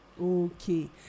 Okay